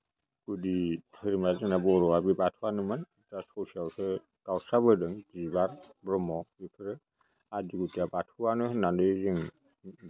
गुदि धोरोमा जोंना बर'आ बे बाथौआनोमोन दा ससेआवसो गावस्राबोदों बिबार ब्रह्म बेफोरो आदि बिधाया बाथौवानो होननानै जों